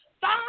five